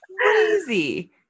crazy